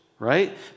right